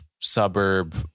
suburb